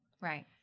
Right